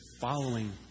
following